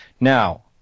Now